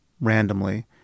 randomly